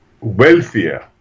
wealthier